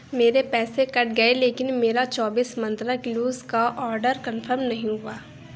میرے پیسے کٹ گئے لیکن میرا چوبیس منترا کیلوز کا آڈر کنفم نہیں ہوا